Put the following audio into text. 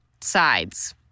sides